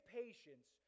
patience